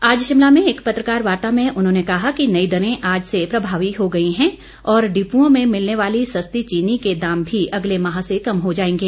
आज शिमला में एक पत्रकार वार्ता में उन्होंने कहा कि नई दरें आज से प्रभावी हो गई हैं और डिपुओं में मिलने वाली सस्ती चीनी के दाम भी अगले माह से कम हो जाएंगे